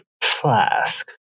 flask